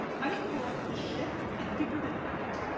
i didn't grow up with this shit. i figured it out,